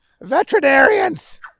veterinarians